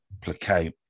placate